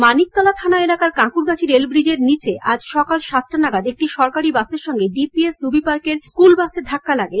মানিকতলা থানা এলাকার কাকুঁরগাছি রেল ব্রীজের নীচে আজ সকাল সাতটা নাগাদ একটি সরকারি বাসের সঙ্গে ডিপিএস রুবি পার্কের স্কুল বাসে ধাক্কা লাগে